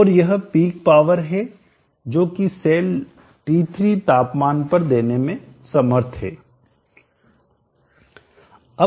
और यह peak power है जो कि सेल T3 तापमान पर देने में समर्थ है